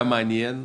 היה מעניין.